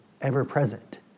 ever-present